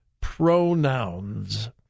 pronouns